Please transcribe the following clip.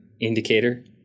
Indicator